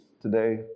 today